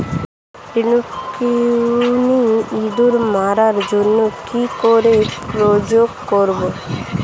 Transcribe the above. রুকুনি ইঁদুর মারার জন্য কি করে প্রয়োগ করব?